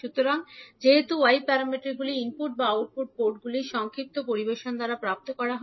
সুতরাং যেহেতু y প্যারামিটারগুলি ইনপুট বা আউটপুট পোর্টগুলি সংক্ষিপ্ত পরিবেশন দ্বারা প্রাপ্ত করা হয়